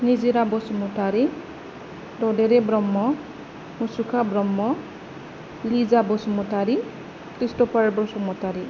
Nijora Basumatary Dodere Brahma Musukha Brahma Lija Basumatary Christopher Basumatary